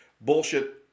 bullshit